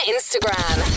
Instagram